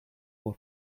who